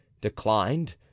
declined